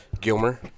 gilmer